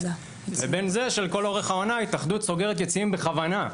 לבין זה שלכל אורך העונה ההתאחדות סוגרת יציעים בכוונה.